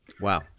Wow